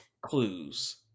clues